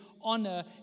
honor